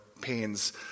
pains